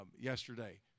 yesterday